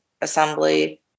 Assembly